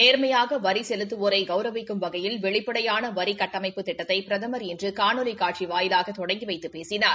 நேர்மையாக வரி செலுத்துவோரை கௌரவிக்கும் வகையில் வெளிப்படையான வரி கட்டமைப்புத் திட்டத்தை பிரதமர் இன்று காணொலி காட்சி வாயிலாக தொடங்கி வைத்து பேசினார்